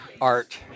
art